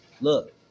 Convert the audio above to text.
Look